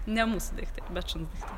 ne mūsų daiktai bet šuns daiktai